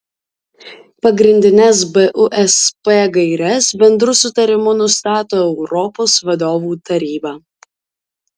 pagrindines busp gaires bendru sutarimu nustato europos vadovų taryba